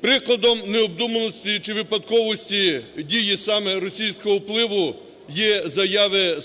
Прикладом необдуманості чи випадковості дії саме російського впливу є заяви